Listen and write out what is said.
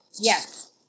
Yes